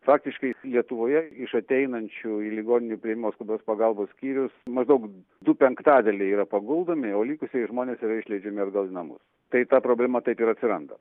faktiškai lietuvoje iš ateinančių į ligonių priėmimo skubios pagalbos skyrius maždaug du penktadaliai yra paguldomi o likusieji žmonės yra išleidžiami atgal į namus tai ta problema taip ir atsiranda